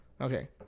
Okay